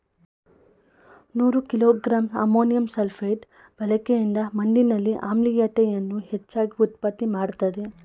ನೂರು kilogram ammonium sulphate ಬಳಕೆಯಿಂದ ಮಣ್ಣಿನಲ್ಲಿ ಆಮ್ಲೀಯತೆಯನ್ನು ಹೆಚ್ಚಾಗಿ ಉತ್ಪತ್ತಿ ಮಾಡ್ತದೇ